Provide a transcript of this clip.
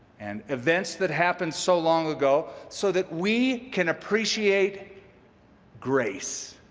and events that happened so long ago so that we can appreciate grace.